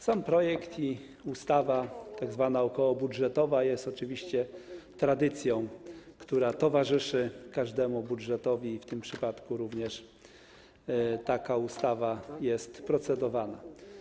Sam projekt i ustawa tzw. okołobudżetowa są oczywiście tradycją, która towarzyszy każdemu budżetowi i w tym przypadku również taka ustawa jest procedowana.